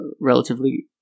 relatively